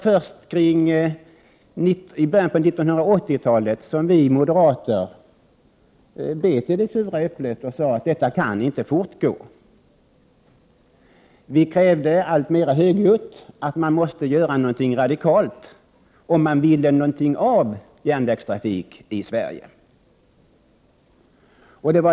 Först i början av 80-talet bet vi moderater i det sura äpplet och sade att detta inte kunde fortgå. Vi krävde alltmer högljutt att man skulle göra någonting radikalt om man ville något med järnvägstrafiken i Sverige.